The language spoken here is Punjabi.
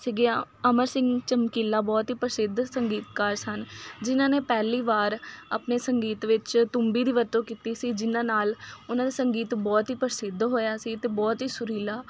ਸੀਗੇ ਅਮਰ ਸਿੰਘ ਚਮਕੀਲਾ ਬਹੁਤ ਹੀ ਪ੍ਰਸਿੱਧ ਸੰਗੀਤਕਾਰ ਸਨ ਜਿਨ੍ਹਾਂ ਨੇ ਪਹਿਲੀ ਵਾਰ ਆਪਣੇ ਸੰਗੀਤ ਵਿੱਚ ਤੂੰਬੀ ਦੀ ਵਰਤੋਂ ਕੀਤੀ ਸੀ ਜਿਨ੍ਹਾਂ ਨਾਲ ਉਹਨਾਂ ਦੇ ਸੰਗੀਤ ਬਹੁਤ ਹੀ ਪ੍ਰਸਿੱਧ ਹੋਇਆ ਸੀ ਅਤੇ ਬਹੁਤ ਹੀ ਸੁਰੀਲਾ